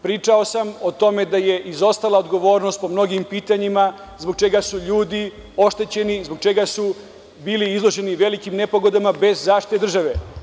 Pričao sam o tome da je izostala odgovornost po mnogim pitanjima, zbog čega su ljudi oštećeni, zbog čega su bili izloženi velikim nepogodama, bez zaštite države.